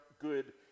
good